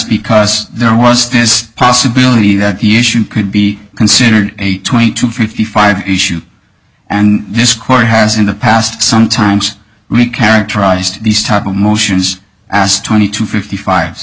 because there was this possibility that the issue could be considered a twenty to fifty five issue and this court has in the past sometimes really characterized these type of motions as twenty to fifty five